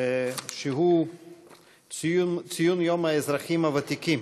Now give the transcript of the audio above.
שהוא ציון יום האזרחים הוותיקים,